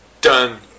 Done